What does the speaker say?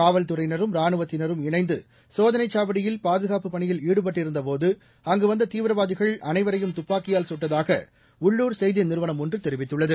காவல்துறையினரும் ராணுவத்தினரும் இணைந்து சோதனைச் சாவடியில் பாதுகாப்புப் பணியில் ஈடுபட்டிருந்தபோது அங்கு வந்த தீவிரவாதிகள் அனைவரையும் தப்பாக்கியால் கட்டதாக உள்ளர் செய்தி நிறுவனம் ஒன்று தெரிவித்துள்ளது